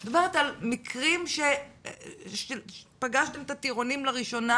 אני מדברת על מקרים שפגשתם את הטירונים לראשונה